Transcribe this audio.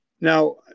Now